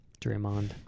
Draymond